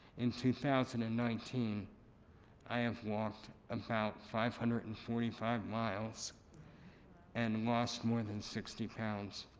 in two thousand and nineteen i have walked about five hundred and forty five miles and lost more than sixty pounds.